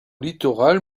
littoral